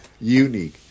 Unique